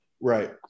Right